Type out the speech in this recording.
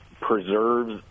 preserves